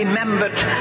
remembered